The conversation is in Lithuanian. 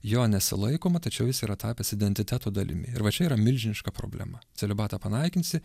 jo nesilaikoma tačiau jis yra tapęs identiteto dalimi ir va čia yra milžiniška problema celibatą panaikinsi